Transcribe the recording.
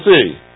see